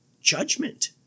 Judgment